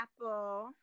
Apple